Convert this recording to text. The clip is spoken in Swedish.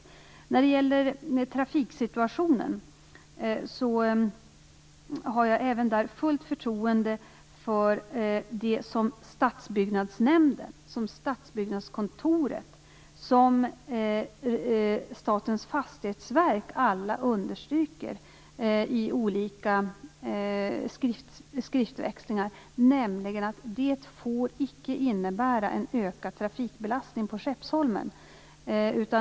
Även när det gäller trafiksituationen har jag fullt förtroende för det som Stadsbyggnadsnämnden, Stadsbyggnadskontoret och Statens fastighetsverk understryker i olika skriftväxlingar, nämligen att det icke får innebära en ökad trafikbelastning på Skeppsholmen.